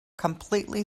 completely